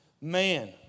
man